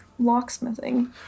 locksmithing